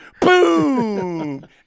Boom